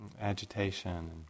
agitation